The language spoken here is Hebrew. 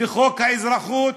לחוק האזרחות.